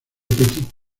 petit